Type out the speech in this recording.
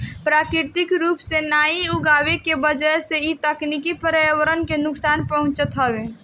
प्राकृतिक रूप से नाइ उगवला के वजह से इ तकनीकी पर्यावरण के नुकसान पहुँचावत हवे